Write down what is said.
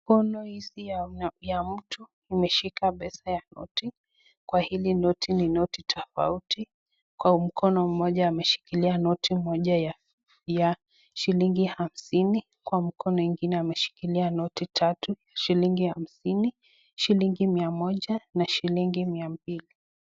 Mkono hizi ya mtu umeshika pesa ya noti, kwa hili noti ni toti tofauti, kwa mkono moja ameshikilia noti ya humsini kwa mkono ingine imeshikilia noti tatu, shilingi humsini, shilingi mia moja na shilingi mia mbili.